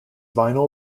vinyl